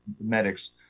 medics